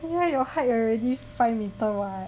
why your height already five meter [what]